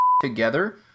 together